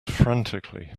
frantically